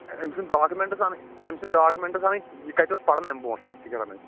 أمۍ سُنٛد ڈاکِمٮ۪نٛٹٕس اَنٕنۍ أمۍ سُنٛد ڈاکِمَٮ۪نٛٹٕس اَنٕنۍ یہِ کَتہِ اوس پَران اَمہِ برونٛٹھ سرٹِفِکَیٹ اَنٕنۍ